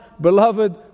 beloved